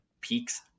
peaks